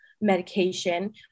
medication